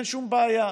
אין שום בעיה.